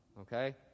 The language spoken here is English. okay